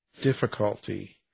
difficulty